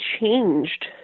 changed